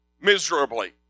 miserably